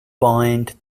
bind